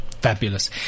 Fabulous